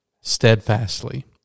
steadfastly